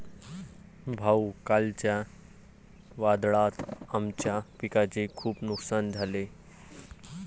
भाऊ, कालच्या वादळात आमच्या पिकाचे खूप नुकसान झाले